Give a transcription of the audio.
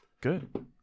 Good